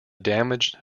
damaged